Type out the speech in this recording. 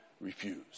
refuse